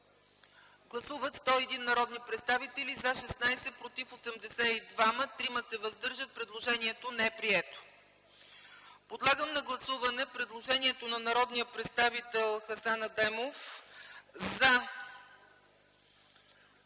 Гласували 101 народни представители: за 16, против 82, въздържали се 3. Предложението не е прието. Подлагам на гласуване предложението на народния представител Хасан Адемов за